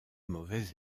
mauvais